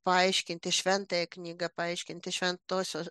paaiškinti šventąją knygą paaiškinti šventosios